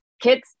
Kids